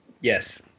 yes